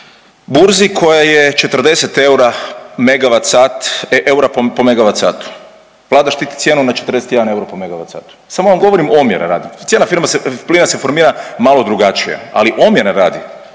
eura megavat sat, eura po megavat satu. Vlada štiti cijenu na 41 euro po megavat satu. Samo vam govorim omjera radi. Cijena plina se formira malo drugačije, ali omjera radi